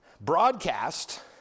broadcast